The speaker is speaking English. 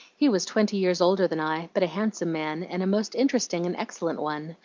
he was twenty years older than i, but a handsome man, and a most interesting and excellent one,